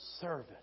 service